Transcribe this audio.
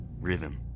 rhythm